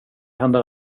händer